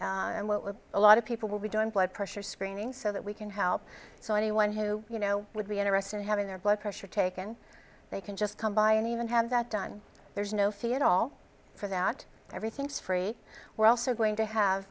and what was a lot of people will be doing blood pressure screening so that we can help so anyone who you know would be an arrest and having their blood pressure taken they can just come by and even have that done there's no fee at all for that everything's free we're also going to have